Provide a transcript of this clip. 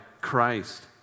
Christ